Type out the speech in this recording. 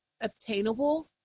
obtainable